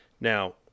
Now